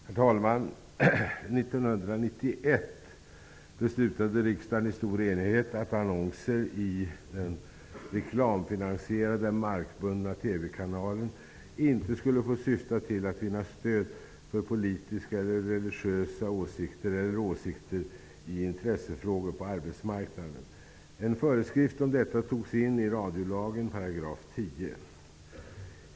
Herr talman! 1991 beslutade riksdagen i stor enighet att annonser i den reklamfinansierade markbundna TV-kanalen inte skulle få syfta till att vinna stöd för politiska eller religiösa åsikter eller åsikter i intressefrågor på arbetsmarknaden. En föreskrift om detta togs in i 10 § radiolagen.